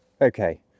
Okay